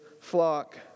flock